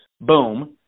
boom